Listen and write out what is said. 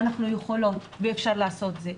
ואנחנו יכולות ואפשר לעשות את זה.